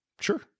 Sure